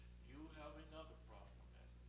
you have another problem